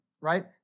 right